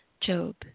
Job